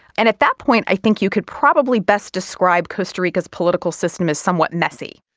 and at that point i think you could probably best describe costa rica's political system as somewhat messy.